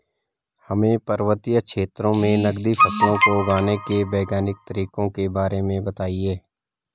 हमें पर्वतीय क्षेत्रों में नगदी फसलों को उगाने के वैज्ञानिक तरीकों के बारे में बताइये?